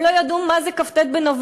הם לא ידעו מה זה כ"ט בנובמבר,